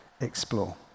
explore